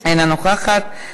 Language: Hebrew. אינה נוכחת,